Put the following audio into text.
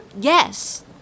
Yes